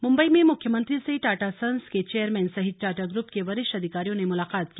मुंबई में मुख्यमंत्री से टाटा सन्स के चेयरमैन सहित टाटा ग्रुप के वरिष्ठ अधिकारियों ने मुलाकात की